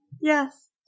Yes